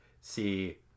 see